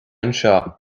anseo